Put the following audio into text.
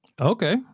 okay